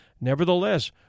Nevertheless